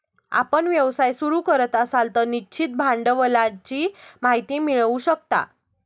आपण व्यवसाय सुरू करत असाल तर निश्चित भांडवलाची माहिती मिळवू शकता